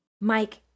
Mike